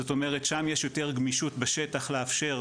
זאת אומרת שם יש יותר גמישות בשטח לאפשר,